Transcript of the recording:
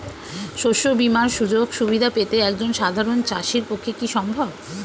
শস্য বীমার সুযোগ সুবিধা পেতে একজন সাধারন চাষির পক্ষে কি সম্ভব?